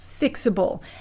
fixable